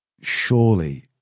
surely